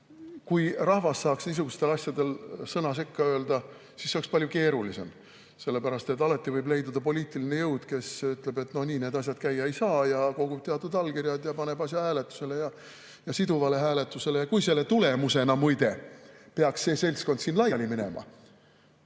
Kui rahvas saaks niisugustes asjades sõna sekka öelda, siis oleks palju keerulisem, sellepärast et alati võib leiduda poliitiline jõud, kes ütleb, et nii need asjad käia ei saa, kogub teatud hulga allkirju ja paneb asja siduvale hääletusele. Ja kui selle tulemusena, muide, peaks see seltskond siin laiali minema